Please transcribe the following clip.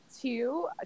Two